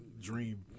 dream